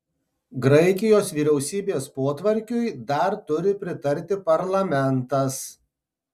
graikijos vyriausybės potvarkiui dar turi pritarti parlamentas